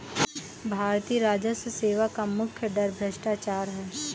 भारतीय राजस्व सेवा का मुख्य डर भ्रष्टाचार है